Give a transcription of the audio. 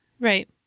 Right